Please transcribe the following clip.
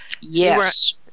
Yes